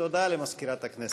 הודעה למזכירת הכנסת.